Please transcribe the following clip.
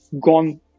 gone